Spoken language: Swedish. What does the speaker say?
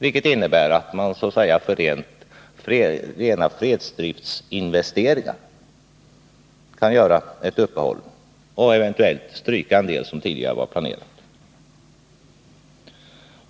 Det innebär att man i fråga om rena fredsdriftsinvesteringar kan göra ett uppehåll och eventuellt stryka en del av det som tidigare var planerat.